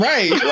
Right